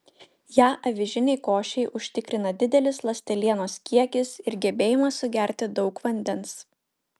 ją avižinei košei užtikrina didelis ląstelienos kiekis ir gebėjimas sugerti daug vandens